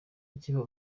akiva